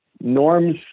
norms